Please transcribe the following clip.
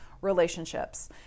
relationships